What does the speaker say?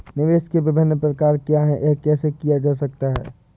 निवेश के विभिन्न प्रकार क्या हैं यह कैसे किया जा सकता है?